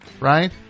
right